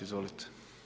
Izvolite.